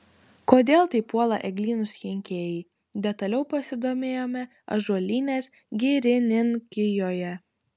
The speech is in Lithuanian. kodėl taip puola eglynus kenkėjai detaliau pasidomėjome ąžuolynės girininkijoje